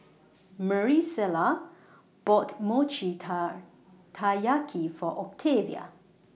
Maricela bought Mochi Tai Taiyaki For Octavia